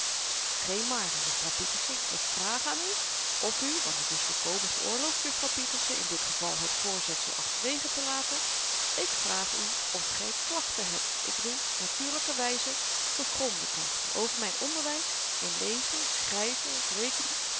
geen maren juffrouw pieterse ik vraag aan u of u want het is volkomen geoorloofd juffrouw pieterse in dit geval het voorzetsel achterwege te laten ik vraag u of gy klachten hebt ik bedoel natuurlykerwyze gegronde klachten over myn onderwys in lezen schryven rekenen